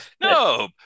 No